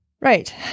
Right